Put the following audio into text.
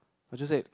I just said